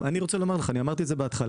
אני רוצה לומר לך, אני אמרתי את זה בהתחלה,